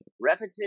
repetition